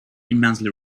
immensely